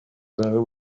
though